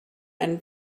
and